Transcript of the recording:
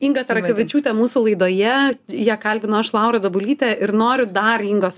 inga tarakavičiūtė mūsų laidoje ją kalbinu aš laura dabulytė ir noriu dar ingos